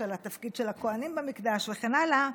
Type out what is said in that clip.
על התפקיד של הכוהנים במקדש וכן הלאה.